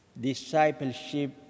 discipleship